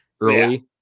early